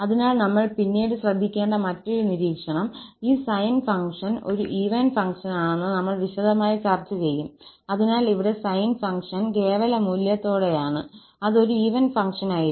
അതിനാൽ നമ്മൾ പിന്നീട് ശ്രദ്ധിക്കേണ്ട മറ്റൊരു നിരീക്ഷണം ഈ സൈൻ ഫംഗ്ഷൻ ഒരു ഈവൻ ഫംഗ്ഷനാണെന്ന് നമ്മൾ വിശദമായി ചർച്ച ചെയ്യും അതിനാൽ ഇവിടെ സൈൻ ഫംഗ്ഷൻ കേവല മൂല്യത്തോടെയാണ് അത് ഒരു ഈവൻ ഫംഗ്ഷനായിരുന്നു